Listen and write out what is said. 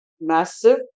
massive